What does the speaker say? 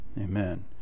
Amen